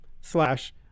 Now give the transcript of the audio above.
slash